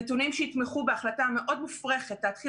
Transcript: נתונים שיתמכו בהחלטה המאוד מופרכת להתחיל